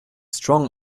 strong